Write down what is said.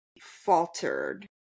faltered